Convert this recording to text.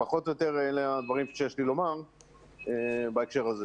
פחות או יותר אלה הדברים שיש לי לומר בהקשר הזה.